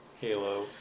Halo